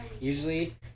Usually